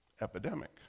epidemic